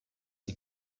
sie